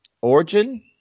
origin